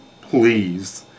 Please